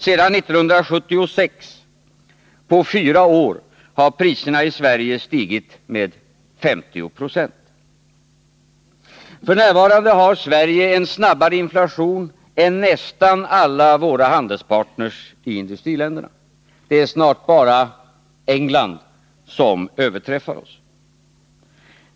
Sedan 1976, på fyra år, har priserna i Sverige stigit med 50 96 F. n. har Sverige en snabbare inflation än nästan alla våra handelspartners i industriländerna — det är snart bara England som överträffar oss.